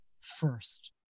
first